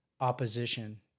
opposition